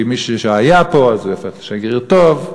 כי מישהו שהיה פה ייהפך לשגריר טוב.